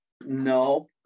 No